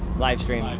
live stream. live.